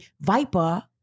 viper